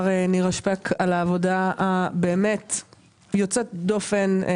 נירה שפק על העבודה היוצאת דופן באמת.